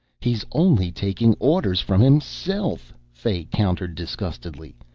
he's only taking orders from himself, fay countered disgustedly.